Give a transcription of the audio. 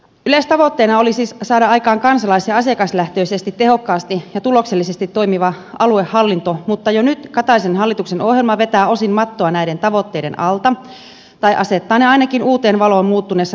yleistavoitteena oli siis saada aikaan kansalais ja asiakaslähtöisesti tehokkaasti ja tuloksellisesti toimiva aluehallinto mutta jo nyt kataisen hallituksen ohjelma vetää osin mattoa näiden tavoitteiden alta tai asettaa ne ainakin uuteen valoon muuttuneessa toimintaympäristössä